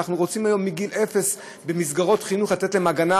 אנחנו רוצים היום מגיל אפס לתת להם הגנה